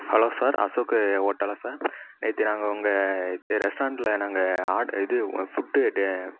hello sir Ashok ஓட்டலா sir நேற்று நாங்கள் உங்கள் ஏ ரெஸ்டாரெண்ட்டில் நாங்கள் ஆர்டரு இது உன ஃபுட்டு டே